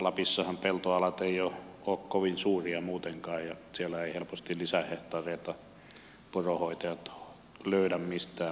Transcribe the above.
lapissahan peltoalat eivät ole kovin suuria muutenkaan ja siellä eivät helposti lisähehtaareita poronhoitajat löydä mistään